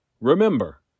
Remember